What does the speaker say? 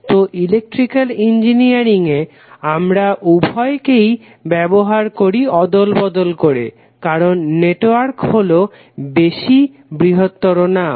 তো electrical engineering এ আমরা উভয়কেই ব্যবহার করি অদলবদল করে কারণ নেটওয়ার্ক হলো বেশি বৃহত্তর নাম